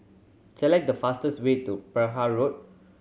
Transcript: select the fastest way to Perahu Road